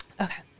Okay